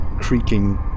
creaking